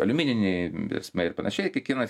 aliumininiai ta prasme ir panašiai kiekvienas